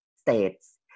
states